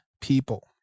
people